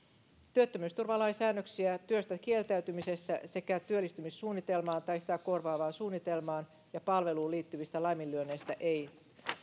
työttömyysturvalain säännöksiä työstä kieltäytymisestä sekä työllistymissuunnitelmaan tai sitä korvaavaan suunnitelmaan ja palveluun liittyvistä laiminlyönneistä ei